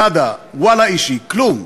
נאדה, ואללה אישי, כלום.